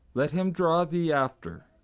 let him draw thee after.